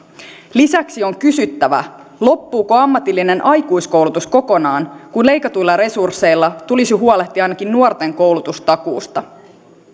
lisäksi on kysyttävä loppuuko ammatillinen aikuiskoulutus kokonaan kun leikatuilla resursseilla tulisi huolehtia ainakin nuorten koulutustakuusta